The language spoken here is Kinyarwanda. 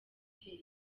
hotel